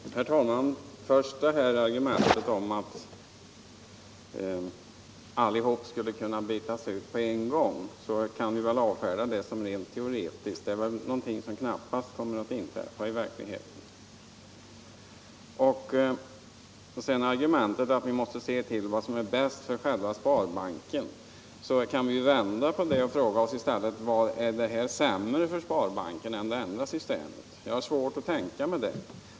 Herr talman! Det första argumentet, att alla skulle kunna bytas ut på en gång, kan vi väl avfärda som rent teoretiskt. Något sådant kommer knappast att inträffa i verkligheten. Det andra argumentet, att vi måste se till vad som är bäst för själva sparbanken, kan vi vända på och i stället fråga oss: Är det sämre för sparbanken om valsättet ändras? Jag har svårt att tänka mig det.